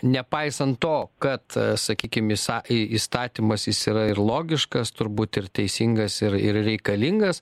nepaisant to kad sakykim įsa įstatymas jis yra ir logiškas turbūt ir teisingas ir ir reikalingas